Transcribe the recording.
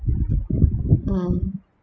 mm